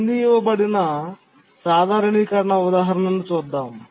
క్రింది ఇవ్వబడిన సాధారణీకరణ ఉదాహరణను చూద్దాం